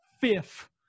Fifth